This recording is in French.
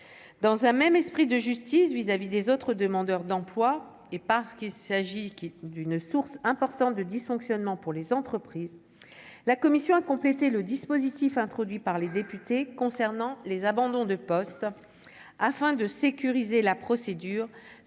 dans un même esprit de justice vis-à-vis des autres demandeurs d'emploi et parce qu'il s'agit que d'une source importante de dysfonctionnement pour les entreprises, la commission a complété le dispositif introduit par les députés concernant les abandons de poste afin de sécuriser la procédure